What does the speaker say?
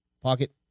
pocket